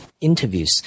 interviews